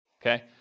Okay